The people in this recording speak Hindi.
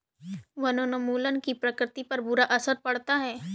वनोन्मूलन का प्रकृति पर बुरा असर पड़ता है